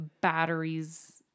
batteries